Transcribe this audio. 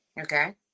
okay